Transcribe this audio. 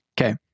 Okay